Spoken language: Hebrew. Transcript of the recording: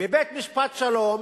בבית-משפט שלום,